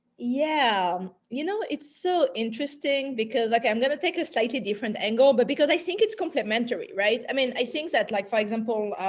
yeah, um you know, it's so interesting because, like, i'm going to take a slightly different angle, but because i think it's complementary, right? i mean, i think that, like, for example,